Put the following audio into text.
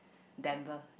Denver